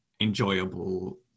enjoyable